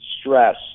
Stress